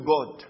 God